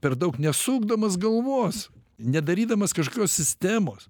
per daug nesukdamas galvos nedarydamas kažkokios sistemos